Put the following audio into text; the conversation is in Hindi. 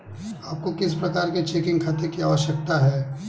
आपको किस प्रकार के चेकिंग खाते की आवश्यकता है?